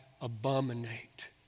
abominate